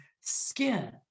skin